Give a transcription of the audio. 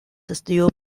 still